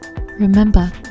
Remember